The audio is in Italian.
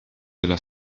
della